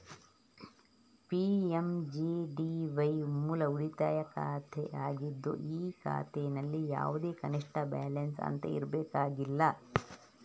PMJDY ಮೂಲ ಉಳಿತಾಯ ಖಾತೆ ಆಗಿದ್ದು ಈ ಖಾತೆನಲ್ಲಿ ಯಾವುದೇ ಕನಿಷ್ಠ ಬ್ಯಾಲೆನ್ಸ್ ಅಂತ ಇರಬೇಕಾಗಿಲ್ಲ